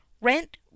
Rent